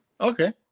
Okay